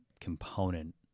component